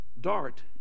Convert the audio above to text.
dart